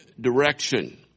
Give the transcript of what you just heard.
direction